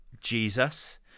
Jesus